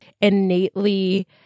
innately